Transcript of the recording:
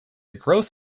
gross